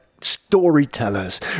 storytellers